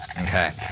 Okay